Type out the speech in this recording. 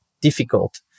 difficult